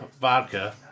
Vodka